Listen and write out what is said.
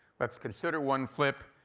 let's consider one flip,